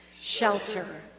shelter